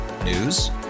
News